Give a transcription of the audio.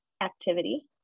activity